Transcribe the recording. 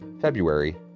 February